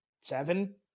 seven